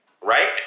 right